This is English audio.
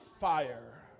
fire